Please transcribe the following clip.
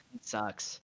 sucks